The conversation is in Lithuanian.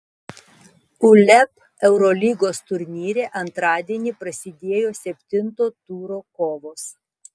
uleb eurolygos turnyre antradienį prasidėjo septinto turo kovos